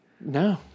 No